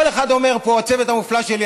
כל אחד אומר פה: הצוות המופלא שלי,